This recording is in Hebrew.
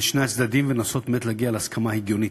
שני הצדדים ולנסות באמת להגיע להסכמה הגיונית.